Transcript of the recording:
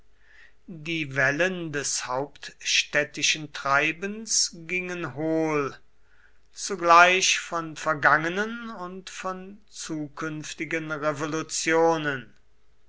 die wellen des hauptstädtischen treibens gingen hohl zugleich von vergangenen und von zukünftigen revolutionen